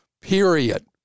Period